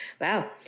wow